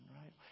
right